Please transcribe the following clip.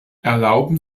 erlauben